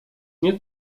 nie